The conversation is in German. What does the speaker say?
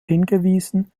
hingewiesen